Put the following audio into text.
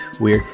Weird